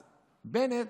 אז בנט,